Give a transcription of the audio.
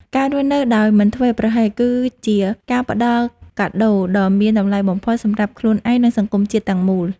ការរស់នៅដោយមិនធ្វេសប្រហែស គឺជាការផ្តល់កាដូដ៏មានតម្លៃបំផុតសម្រាប់ខ្លួនឯង និងសង្គមជាតិទាំងមូល។